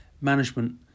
management